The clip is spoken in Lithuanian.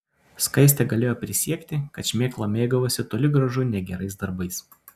skaistė galėjo prisiekti kad šmėkla mėgavosi toli gražu ne gerais darbais